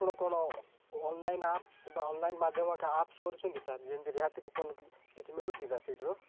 ଆପଣ କ'ଣ online apps ବା ଅନଲାଇନ୍ ମାଧ୍ୟମ ଏକା ଆପସ୍ କରୁଛନ୍ତି ସାର୍ ଯେମିତି ରିହାତି କୁପନ୍ କି କିଛି ମିଳୁଛି ସେଇଠିରୁ